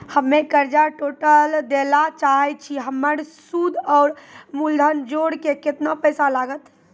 हम्मे कर्जा टोटल दे ला चाहे छी हमर सुद और मूलधन जोर के केतना पैसा लागत?